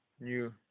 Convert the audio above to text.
new